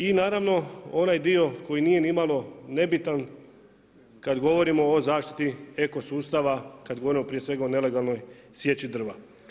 I naravno onaj dio koji nije ni malo nebitan, kada govorimo o zaštiti eko sustava, kada govorimo prije svega o nelegalnoj sječi drva.